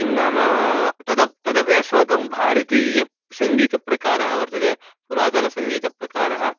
किं नाम तत् तदपि अस्माकं भारतीयसङ्गीतप्रकारः वर्तते पुरातनसङ्गीतप्रकारः